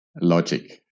Logic